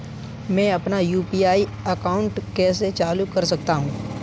मैं अपना UPI account कैसे चालू कर सकता हूँ?